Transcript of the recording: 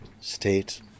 state